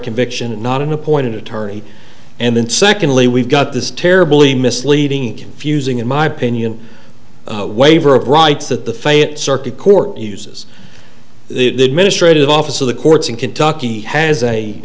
conviction and not an appointed attorney and then secondly we've got this terribly misleading confusing in my opinion waiver of rights that the fate circuit court uses the administrators office of the courts in kentucky has a